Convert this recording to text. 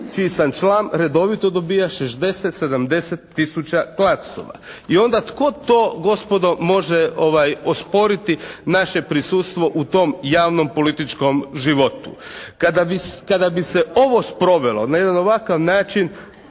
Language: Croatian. čiji sam član redovito dobija 60, 70 tisuća glasova. I onda tko to gospodo može osporiti naše prisustvo u tom javnom političkom životu? Kada bi se ovo sprovelo na jedan ovakav način